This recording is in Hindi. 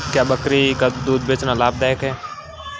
क्या बकरी का दूध बेचना लाभदायक है?